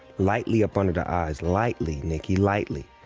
lightly up under the eyes. lightly, nikkie, lightly.